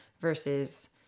versus